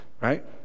right